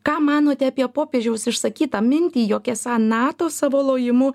ką manote apie popiežiaus išsakytą mintį jog esą nato savo lojimu